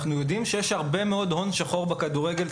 אנחנו יודעים שיש הרבה מאוד הון שחור בכדורגל.